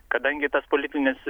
kadangi tas politinis